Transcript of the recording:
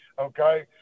okay